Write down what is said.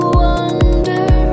wonder